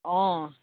অঁ